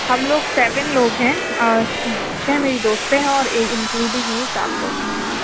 ہم لوگ سیون لوگ ہیں اور چھ میری دوست ہیں اور ایک انکلیوڈنگ می سات لوگ ہیں ہم لوگ